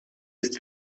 ist